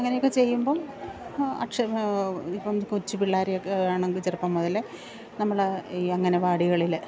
അങ്ങനെയൊക്കെ ചെയ്യുമ്പോള് അക്ഷ ഇപ്പോള് കൊച്ചു പിള്ളാരെയൊക്കെ വേണമെങ്കില് ചെറുപ്പം മുതലേ നമ്മള് ഈ അംഗനവാടികളില്